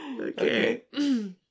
Okay